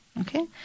Okay